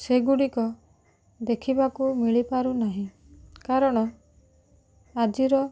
ସେଗୁଡ଼ିକ ଦେଖିବାକୁ ମିଳିପାରୁନାହିଁ କାରଣ ଆଜିର